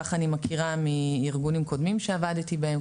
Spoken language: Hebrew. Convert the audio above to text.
כך אני מכירה מארגונים קודמים שעבדתי בהם,